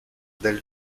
del